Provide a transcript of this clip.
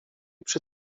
przy